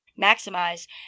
maximize